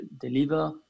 deliver